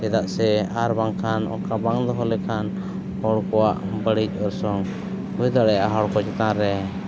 ᱪᱮᱫᱟᱜ ᱥᱮ ᱟᱨ ᱵᱟᱝᱠᱷᱟᱱ ᱚᱱᱠᱟ ᱵᱟᱝ ᱫᱚᱦᱚ ᱞᱮᱠᱷᱟᱱ ᱦᱚᱲ ᱠᱚᱣᱟᱜ ᱵᱟᱹᱲᱤᱡ ᱚᱨᱥᱚᱝ ᱦᱩᱭ ᱫᱟᱲᱮᱭᱟᱜᱼᱟ ᱦᱚᱲ ᱠᱚ ᱪᱮᱛᱟᱱ ᱨᱮ